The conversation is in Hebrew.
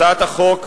הצעת החוק,